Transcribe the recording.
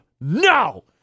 no